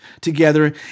together